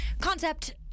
concept